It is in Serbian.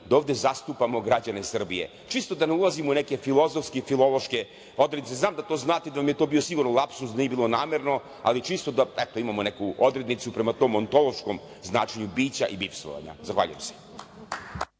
da ovde zastupamo građane Srbije. Čisto da ne ulazimo u neke filozofske i filološke odrednice. Znam da to znate i da vam je to bio sigurno lapsus, da nije bilo namerno, ali čisto da imamo neku odrednicu prema tom ontološkom značenju bića i bivstvovanja. Zahvaljujem se.